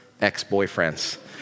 ex-boyfriends